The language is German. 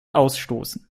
ausstoßen